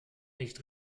nicht